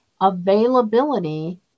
availability